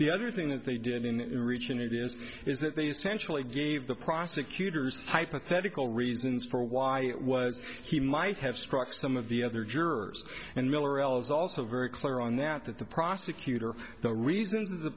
the other thing that they did in reaching it is is that they essentially gave the prosecutor's hypothetical reasons for why it was he might have struck some of the other jurors and miller ells also very clear on that that the prosecutor the reasons the